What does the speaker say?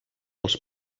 als